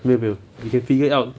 没有没有 you can figure it out